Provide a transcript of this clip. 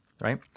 right